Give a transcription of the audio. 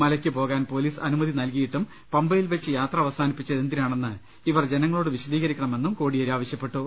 മലയ്ക്ക് പോകാൻ പൊലീസ് അനുമതി നൽകിയിട്ടും പമ്പയിൽവെച്ച് യാത്ര അവസാനിപ്പി ച്ചത് എന്തിനാണെന്ന് ഇവർ ജനങ്ങളോട് വിശദീകരിക്കണമെന്നും കോടിയേരി ആവ ശൃപ്പെട്ടു